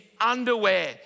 underwear